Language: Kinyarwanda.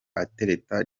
atereta